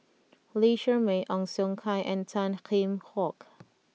Lee Shermay Ong Siong Kai and Tan Kheam Hock